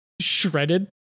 shredded